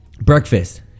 Breakfast